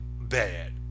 bad